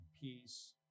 peace